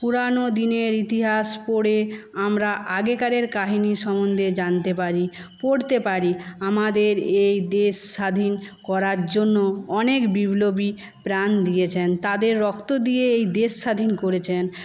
পুরানো দিনের ইতিহাস পড়ে আমরা আগেকারের কাহিনি সম্বন্ধে জানতে পারি পড়তে পারি আমাদের এই দেশ স্বাধীন করার জন্য অনেক বিপ্লবী প্রাণ দিয়েছেন তাদের রক্ত দিয়ে এই দেশ স্বাধীন করেছেন